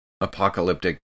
apocalyptic